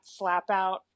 Slapout